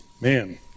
Man